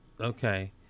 Okay